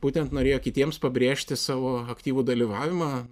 būtent norėjo kitiems pabrėžti savo aktyvų dalyvavimą